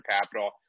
capital